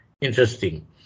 Interesting